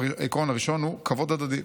העיקרון הראשון הוא "כבוד הדדי: